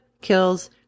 kills